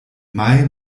mai